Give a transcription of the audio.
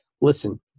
listen